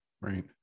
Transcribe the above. Right